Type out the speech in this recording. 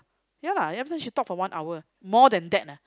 ya lah then after she talked for one hour more than that ah